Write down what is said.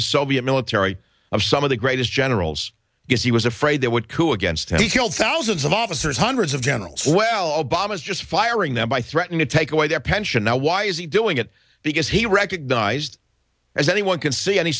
the soviet military of some of the greatest generals because he was afraid they would coup against him he killed thousands of officers hundreds of generals well obama's just firing them by threatening to take away their power now why is he doing it because he recognized as anyone can see any